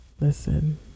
Listen